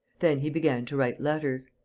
then he began to write letters.